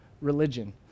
religion